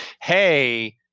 hey